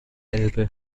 elbe